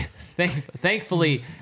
thankfully